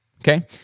okay